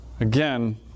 again